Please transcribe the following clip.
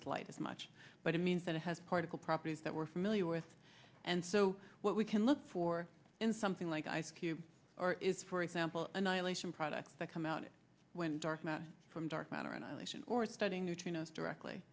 with light as much but it means that it has particle properties that we're familiar with and so what we can look for in something like ice cube or is for example annihilation products that come out it when dark matter from dark matter and elections or studying neutrinos directly